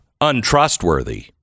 untrustworthy